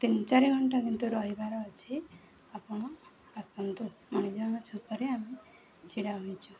ତିନି ଚାରି ଘଣ୍ଟା କିନ୍ତୁ ରହିବାର ଅଛି ଆପଣ ଆସନ୍ତୁ ମଣିଜଙ୍ଗା ଛକରେ ଆମେ ଛିଡ଼ା ହୋଇଛୁ